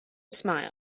smile